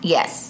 Yes